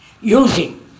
using